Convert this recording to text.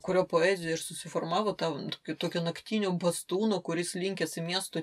kurio poezijoj ir susiformavo ta tokio tokio naktinio bastūno kuris linkęs į miesto